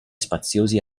spaziosi